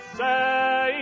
say